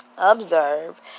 Observe